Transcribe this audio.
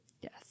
Yes